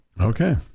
Okay